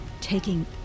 taking